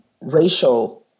racial